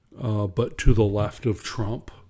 but-to-the-left-of-Trump